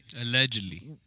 Allegedly